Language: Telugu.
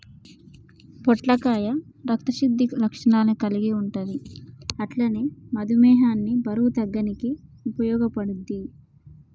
పొట్లకాయ రక్త శుద్ధి లక్షణాలు కల్గి ఉంటది అట్లనే మధుమేహాన్ని బరువు తగ్గనీకి ఉపయోగపడుద్ధి